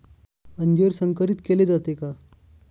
अंजीर संकरित केले जाते का?